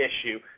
issue